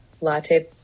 latte